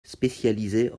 spécialisée